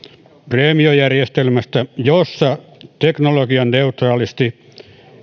preemiojärjestelmästä jossa teknologianeutraalisti